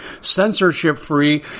censorship-free